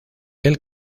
del